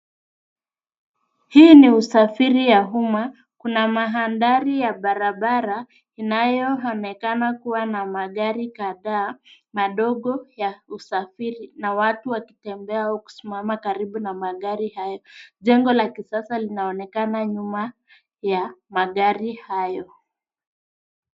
Hii ni usafiri wa umma kuna mandhari ya barabara inayoonekana kuwa na magari kadhaa madogo ya usafiri na watu wakitembea au kusimama karibu na magari hayo. Jengo la kisasa linaonekana karibu na magari hayo.